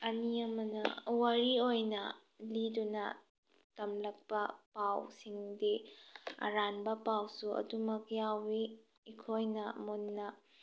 ꯑꯅꯤ ꯑꯃꯅ ꯋꯥꯔꯤ ꯑꯣꯏꯅ ꯂꯤꯗꯨꯅ ꯇꯝꯂꯛꯄ ꯄꯥꯎꯁꯤꯡꯗꯤ ꯑꯔꯥꯟꯕ ꯄꯥꯎꯁꯨ ꯑꯗꯨꯃꯛ ꯌꯥꯎꯏ ꯑꯩꯈꯣꯏꯅ ꯃꯨꯟꯅ